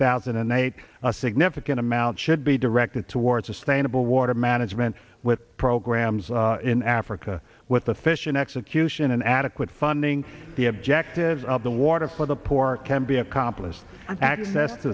thousand and eight a significant amount should be directed toward sustainable water management with programs in africa with the fission execution and adequate funding the objectives of the water for the poor can be accomplished access to